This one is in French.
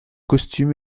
costume